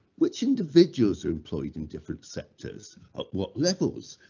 which individuals are employed in different sectors, at what levels,